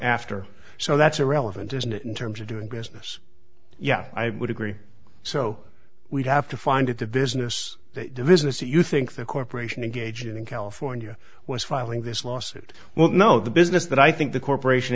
after so that's irrelevant isn't it in terms of doing business yeah i would agree so we'd have to find at the business that the business that you think the corporation gaijin in california was filing this lawsuit well no the business that i think the corporation